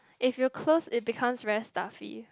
if you close it becomes very stuffy